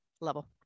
level